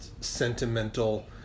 sentimental